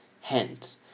Hence